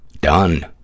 done